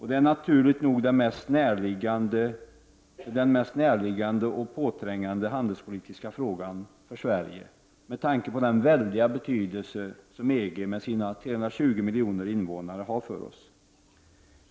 Det är naturligt nog den mest närliggande och påträngande handelspolitiska frågan för Sverige, med tanke på den väldiga betydelse som EG med sina 320 miljoner invånare har för oss.